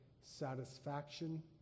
satisfaction